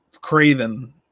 craven